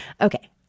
Okay